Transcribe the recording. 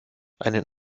einen